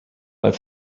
but